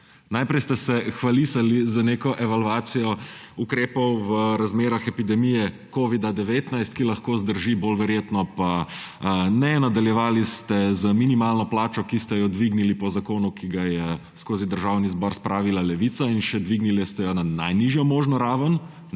Najprej ste se hvalisali z neko evalvacijo ukrepov v razmerah epidemije covida-19, ki lahko zdrži, bolj verjetno pa ne, nadaljevali ste z minimalno plačo, ki ste jo dvignili po zakonu, ki ga je skozi Državni zbor spravila Levica, in še dvignili ste jo na najnižjo možno raven